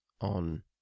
on